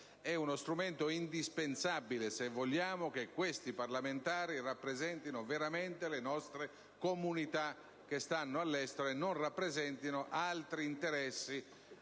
uno strumento indispensabile, se vogliamo che questi parlamentari rappresentino veramente le nostre comunità che stanno all'estero e non rappresentino altri interessi